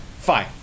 Fine